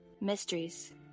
mysteries